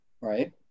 Right